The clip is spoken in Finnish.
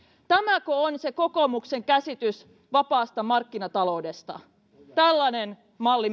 tämäkö on se kokoomuksen käsitys vapaasta markkinataloudesta tällainen malli